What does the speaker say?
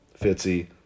Fitzy